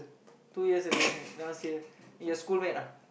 two years relation~ that one serious your schoolmate ah